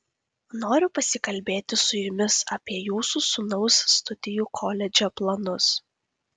noriu pasikalbėti su jumis apie jūsų sūnaus studijų koledže planus